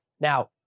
Now